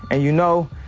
and, you know,